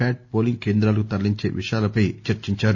Pat polling కేంద్రాలకు తరలించే విషయాలపై చర్చించారు